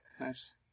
Nice